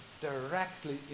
directly